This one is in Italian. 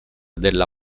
della